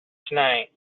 tonight